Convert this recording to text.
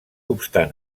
obstant